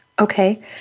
Okay